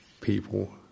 people